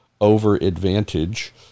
over-advantage